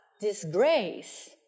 Disgrace